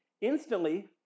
Instantly